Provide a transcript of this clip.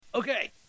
Okay